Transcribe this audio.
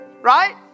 right